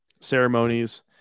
ceremonies